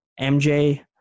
MJ